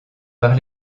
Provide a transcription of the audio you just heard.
par